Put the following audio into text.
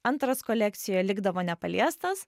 antras kolekcijoje likdavo nepaliestas